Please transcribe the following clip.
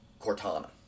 cortana